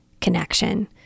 connection